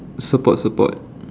support support